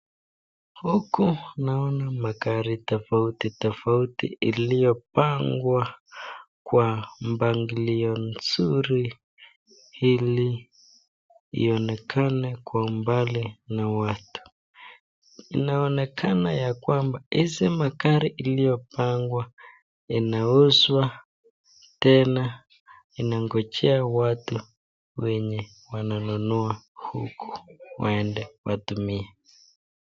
Huku naona magari tofauti tofauti iliyopangwa kwa mpangilio nzuri ili ionekane kwa mbali na watu, inaonekana ya kwamba hizi magari iliyopangwa inauzwa tena inangojea watu wenye wananunua huku waende watumie.